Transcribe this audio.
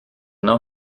nou